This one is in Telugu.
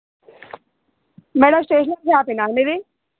మేడం స్టేషనరీ షాప్యేనా అండి ఇది